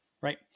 right